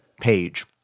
page